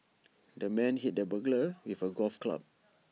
the man hit the burglar with A golf club